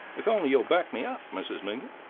if only you'll back me up, mrs. mingott.